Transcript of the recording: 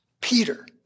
Peter